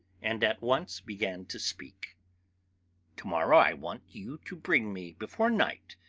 and at once began to speak to-morrow i want you to bring me, before night,